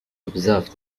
observed